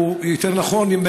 או יותר נכון,